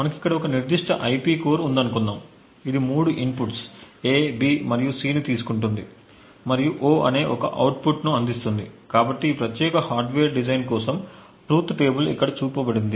మనకు ఇక్కడ ఒక నిర్దిష్ట ఐపి కోర్ ఉందనుకుందాము ఇది మూడు ఇన్ పుట్స్ A B మరియు C ని తీసుకుంటుంది మరియు O అనే ఒక అవుట్ పుట్ను అందిస్తుంది కాబట్టి ఈ ప్రత్యేక హార్డ్వేర్ డిజైన్ కోసం ట్రూత్ టేబుల్ ఇక్కడ చూపబడింది